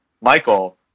Michael